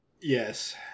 Yes